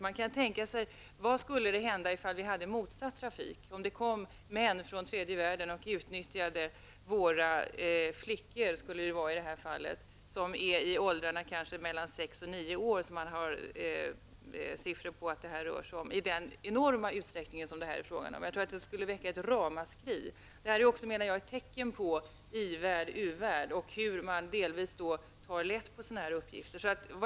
Man kan tänka sig vad som skulle hända om vi hade motsatt trafik, om det kom män från tredje världen och utnyttjade våra flickor som är i åldrarna sex--nio år -- det finns siffror som visar att det rör sig om det -- i den enorma utsträckning som det är fråga om i tredje världen. Jag tror att det skulle väcka ett ramaskrik. Jag menar också att detta är ett tecken på hur man skiljer på i-värld och u-värld, och hur man delvis tar lätt på sådana här uppgifter.